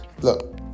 Look